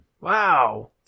Wow